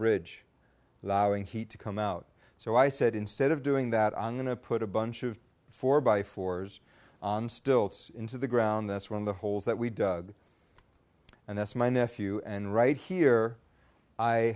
bridge allowing heat to come out so i said instead of doing that i'm going to put a bunch of four by fours on stilts into the ground that's one of the holes that we dug and that's my nephew and right here i